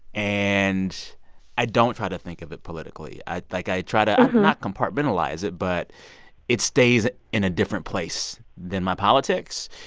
and i don't try to think of it politically. like, i try to and not compartmentalize it, but it stays in a different place than my politics.